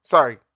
Sorry